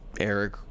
Eric